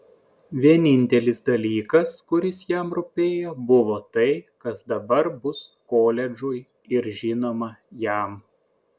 vienintelis dalykas kuris jam rūpėjo buvo tai kas dabar bus koledžui ir žinoma jam